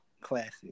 Classic